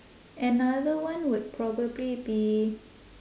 another one would probably be